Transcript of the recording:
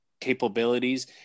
capabilities